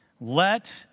Let